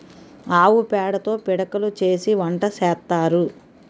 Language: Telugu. ఆవు పేడతో పిడకలు చేసి వంట సేత్తారు